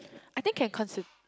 I think can consider